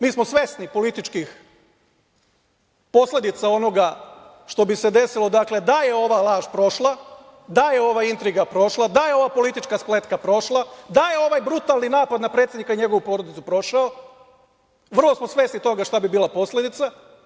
Mi smo svesni političkih posledica onoga što bi se desilo da je ova laž prošla, da je ova intriga prošla, da je ova politička spletka prošla, da je ovaj brutalni napad na predsednika i njegovu porodicu prošao, vrlo smo svesni toga šta bi bila posledica.